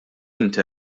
inti